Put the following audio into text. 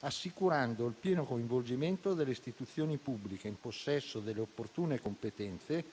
assicurando il pieno coinvolgimento delle istituzioni pubbliche in possesso delle opportune competenze,